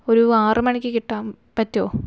ഒരു ആറ് മണിക്ക് കിട്ടാന് പറ്റുമോ